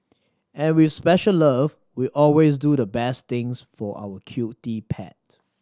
and with special love we always do the best things for our cutie pet